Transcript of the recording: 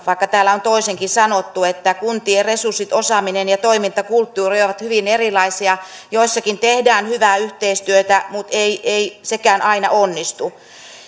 vaikka täällä on toisinkin sanottu että kuntien resurssit osaaminen ja toimintakulttuuri ovat hyvin erilaisia joissakin tehdään hyvää yhteistyötä mutta ei ei sekään aina onnistu